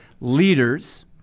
leaders